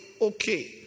Okay